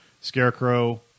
scarecrow